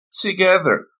Together